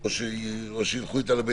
או שילכו עם זה לבית